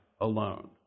alone